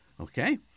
okay